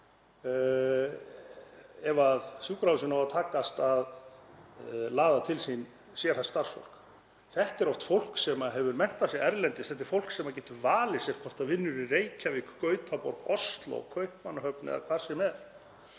ef sjúkrahúsinu á að takast að laða til sín sérhæft starfsfólk. Þetta er oft fólk sem hefur menntað sig erlendis, þetta er til fólk sem getur valið sér hvort það vinnur í Reykjavík, Gautaborg, Ósló, Kaupmannahöfn eða hvar sem er.